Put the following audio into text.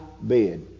bed